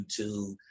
YouTube